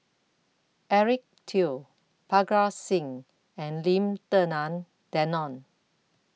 Eric Teo Parga Singh and Lim Denan Denon